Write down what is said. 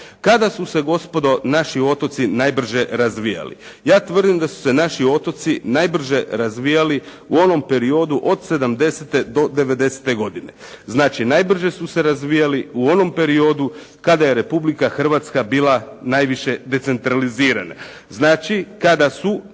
Kada su se gospodo naši otoci najbrže razvijali? Ja tvrdim da su se naši otoci najbrže razvijali u onom periodu od '70. do '90. godine. Znači, najbrže su se razvijali u onom periodu kada je Republika Hrvatska bila najviše decentralizirana, znači kada su